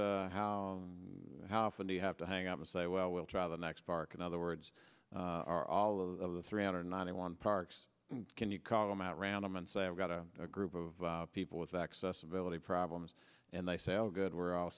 what how how often do you have to hang out and say well we'll try the next park in other words are all of the three hundred ninety one parks can you call them at random and say i've got a group of people with accessibility problems and they say oh good we're all